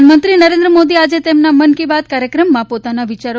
પ્રધાનમંત્રી નરેન્દ્ર મોદી આજે તેમના મન કી બાત કાર્યક્રમમાં પોતાના વિયારો